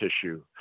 tissue